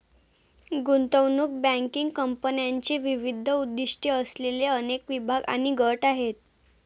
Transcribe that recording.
गुंतवणूक बँकिंग कंपन्यांचे विविध उद्दीष्टे असलेले अनेक विभाग आणि गट आहेत